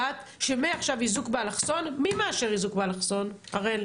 מי מאשר איזוק באלכסון, הראל?